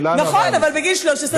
כולנו עברנו את זה,